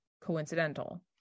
coincidental